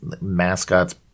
mascots